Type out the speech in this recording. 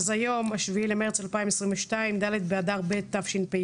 אז היום ה-7 במרץ 2022, ד' ב' אדר תשפ"ב.